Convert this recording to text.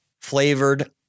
flavored